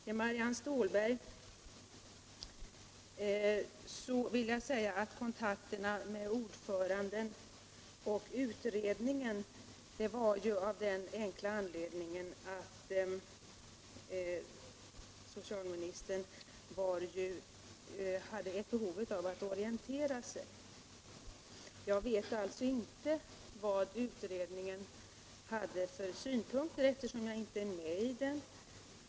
Till Marianne Stålberg vill jag säga att kontakterna med ordföranden och utredningen togs av den enkla anledningen att socialministern hade behov av att orientera sig. Jag vet inte vad utredningen hade för synpunkter eftersom jag inte är med i den.